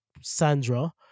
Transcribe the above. Sandra